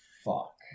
fuck